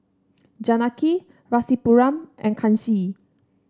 Janaki Rasipuram and Kanshi